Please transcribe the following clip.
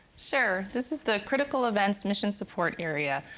sure, this is the critical events mission support area.